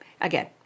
again